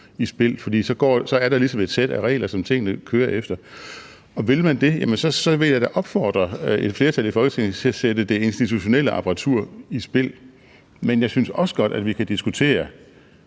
i spil, for så er der ligesom et sæt regler, som tingene kører efter. Og vil man det, vil jeg da opfordre et flertal i Folketinget til at sætte det institutionelle apparatur i spil. Men jeg synes også godt, at vi kan diskutere